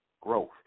growth